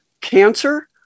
cancer